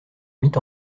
mit